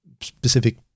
specific